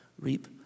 reap